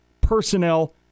personnel